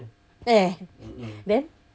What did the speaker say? eh then